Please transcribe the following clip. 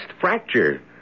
fracture